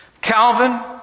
Calvin